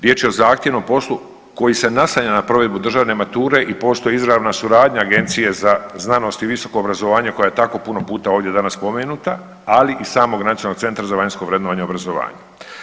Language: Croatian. Riječ je o zahtjevnom poslu koji se naslanja na provedbu državne mature i postoji izravna suradnja Agencije za znanost i visoko obrazovanje koja je tako puno puta ovdje danas spomenuta, ali i samog Nacionalnog centra za vanjsko vrednovanje obrazovanja.